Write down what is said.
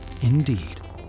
indeed